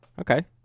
Okay